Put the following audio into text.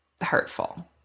hurtful